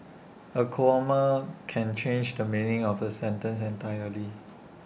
A comma can change the meaning of A sentence entirely